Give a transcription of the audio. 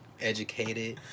educated